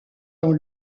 dans